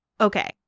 okay